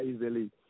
easily